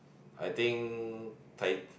I think Tai~